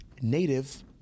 Native